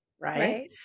Right